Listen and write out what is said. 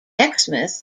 exmouth